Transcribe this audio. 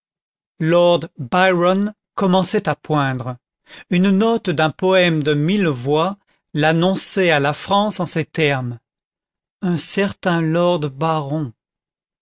lord byron commençait à poindre une note d'un poème de millevoye l'annonçait à la france en ces termes un certain lord baron